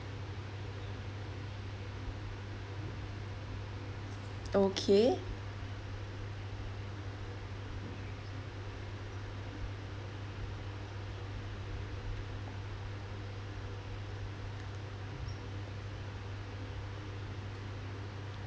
okay